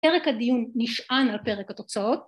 פרק הדיון נשען על פרק התוצאות